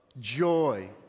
joy